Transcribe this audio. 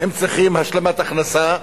הם צריכים השלמת הכנסה.